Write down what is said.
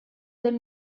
del